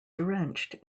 drenched